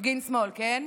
מפגין שמאל, כן: